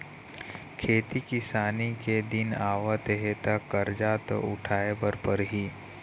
खेती किसानी के दिन आवत हे त करजा तो उठाए बर परही